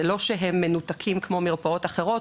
זה לא שהם מנותקים כמו מרפאות אחרות,